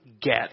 get